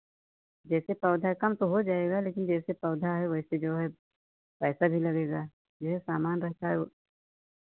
जैसे पौधा कम तो हो जाएगा लेकिन जैसे पौधा है वैसे जो है पैसा भी लगेगा ये सामान रहता है वो